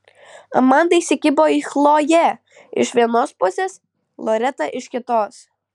amanda įsikibo į chloję iš vienos pusės loreta iš kitos